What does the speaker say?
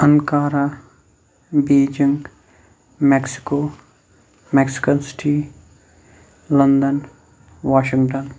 Ankara Beijing Mexico Mexican city London Washington